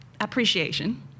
Appreciation